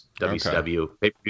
WCW